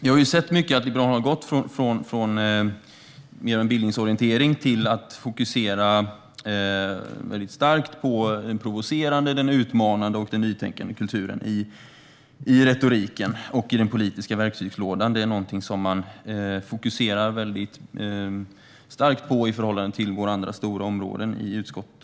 Vi har sett att Liberalerna har gått från mer av en bildningsorientering till att fokusera starkt på den provocerande, utmanande och nytänkande kulturen i retoriken och i den politiska verktygslådan. Detta är någonting som man fokuserar väldigt starkt på i förhållande till våra andra stora områden i utskottet.